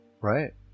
right